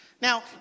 Now